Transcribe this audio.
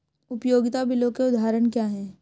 उपयोगिता बिलों के उदाहरण क्या हैं?